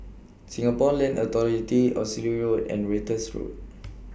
Singapore Land Authority Oxley Road and Ratus Road